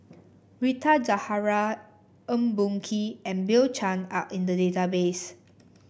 Rita Zahara Eng Boh Kee and Bill Chen are in the database